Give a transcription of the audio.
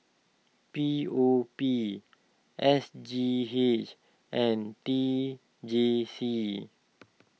P O P S G H and T J C